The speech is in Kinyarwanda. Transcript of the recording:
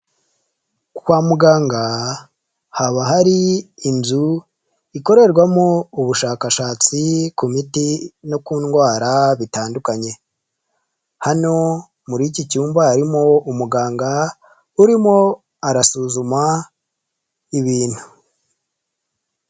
Kwa muganga haba hari inzu ikorerwamo ubushakashatsi ku miti no ku ndwara bitandukanye, hano muri iki cyumba harimo umuganga urimo arasuzuma ibintu.